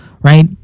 Right